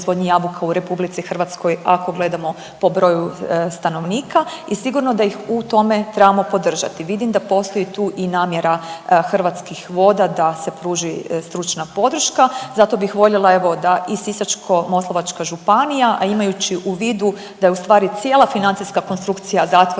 proizvodnji jabuka u RH, ako gledamo po broju stanovnika i sigurno da ih u tome trebamo podržati. Vidim da postoji tu i namjera Hrvatskih voda da se pruži stručna podrška. Zato bih voljela evo, da i Sisačko-moslavačka županija, a imajući u vidu da je u stvari cijela financijska konstrukcija zatvorena